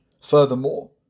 Furthermore